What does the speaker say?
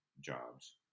jobs